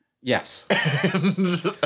Yes